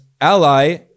ally